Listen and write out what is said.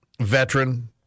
veteran